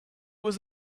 was